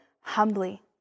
humbly